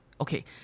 Okay